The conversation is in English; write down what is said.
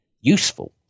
useful